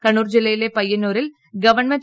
കണ്ണൂർ ജില്ലയിലെ പന്ന്യന്നൂരിൽ ഗവൺമെന്റ്